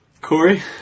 Corey